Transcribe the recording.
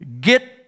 get